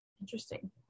Interesting